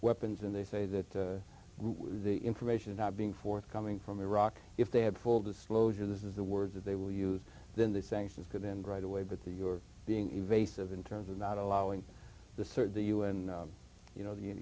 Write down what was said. weapons and they say that the information is not being forthcoming from iraq if they have full disclosure this is the word that they will use then the sanctions could end right away but the you're being evasive in terms of not allowing the search the u n you know the